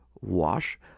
wash